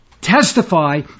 testify